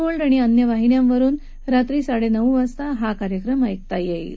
gold आणि अन्य वाहिन्यांवरुन रात्री साङ ऊ वाजता हा कार्यक्रम ऐकता यईते